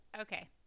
okay